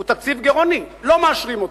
הוא תקציב גירעוני, לא מאשרים אותו.